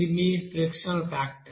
ఇది మీ frictional factor